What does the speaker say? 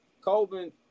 Colvin